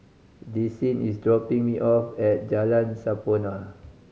Desean is dropping me off at Jalan Sampurna